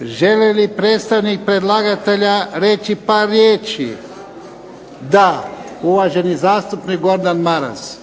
Želi li predstavnik predlagatelja reći par riječi? Uvaženi zastupnik Gordan Maras.